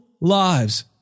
lives